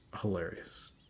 hilarious